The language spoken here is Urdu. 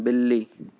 بلی